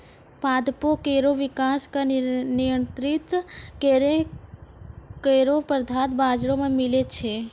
पादपों केरो विकास क नियंत्रित करै केरो पदार्थ बाजारो म मिलै छै